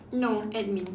no admin